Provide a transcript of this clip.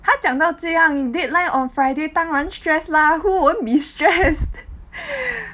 他讲到这样 deadline on Friday 当然 stress lah who won't be stressed